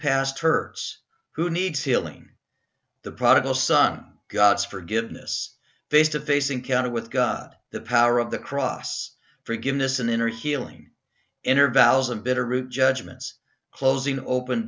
past hurts who needs healing the prodigal son god's forgiveness face to face encounter with god the power of the cross forgiveness and inner healing in or val's of bitterroot judgments closing open